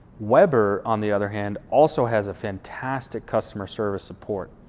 weber on the other hand also has a fantastic customer service support.